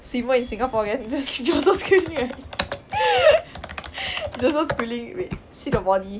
swimmer in singapore again joseph schooling eh joseph schooling wait see the body